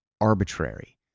arbitrary